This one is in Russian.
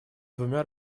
двумя